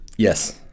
Yes